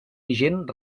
vigent